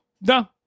No